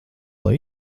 lai